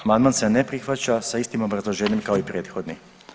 Amandman se ne prihvaća sa istim obrazloženjem kao i prethodni.